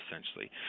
essentially